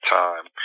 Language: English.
time